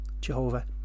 Jehovah